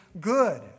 good